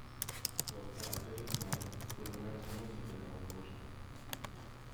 lauke aidi riksmai kurių net ir muzika neužgožia